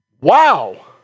Wow